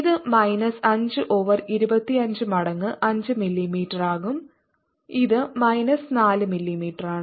ഇത് minus 5 over 25 മടങ്ങ് 5 മില്ലിമീറ്ററാകും ഇത് മൈനസ് 4 മില്ലീമീറ്ററാണ്